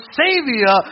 savior